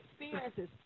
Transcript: experiences